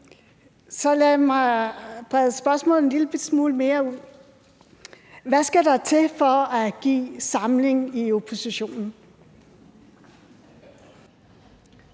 Så lad mig brede spørgsmålet en lillebitte smule mere ud: Hvad skal der til for at skabe samling i oppositionen?